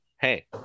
hey